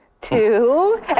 two